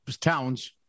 towns